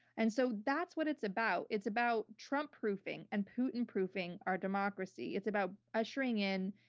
and so, that's what it's about. it's about trump-proofing and putin-proofing our democracy. it's about ushering in,